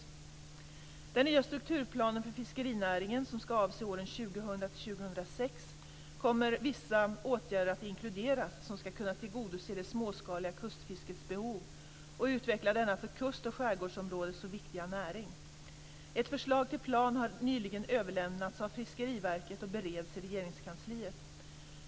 I den nya strukturplanen för fiskerinäringen, som ska avse åren 2000-2006, kommer vissa åtgärder att inkluderas som ska kunna tillgodose det småskaliga kustfiskets behov och utveckla denna för kust och skärgårdsområden så viktiga näring. Ett förslag till plan har nyligen överlämnats av Fiskeriverket och bereds i Regeringskansliet.